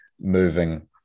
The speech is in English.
moving